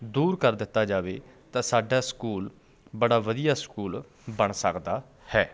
ਦੂਰ ਕਰ ਦਿੱਤਾ ਜਾਵੇ ਤਾਂ ਸਾਡਾ ਸਕੂਲ ਬੜਾ ਵਧੀਆ ਸਕੂਲ ਬਣ ਸਕਦਾ ਹੈ